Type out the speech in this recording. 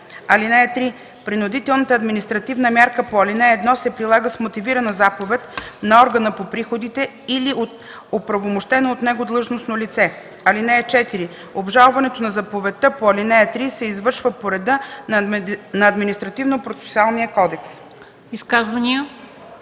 отнема. (3) Принудителната административна мярка по ал. 1 се прилага с мотивирана заповед на органа по приходите или от оправомощено от него длъжностно лице. (4) Обжалването на заповедта по ал. 3 се извършва по реда на Административнопроцесуалния кодекс.”